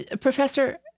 Professor